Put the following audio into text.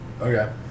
Okay